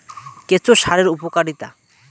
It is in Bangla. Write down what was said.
কেঁচো সারের উপকারিতা?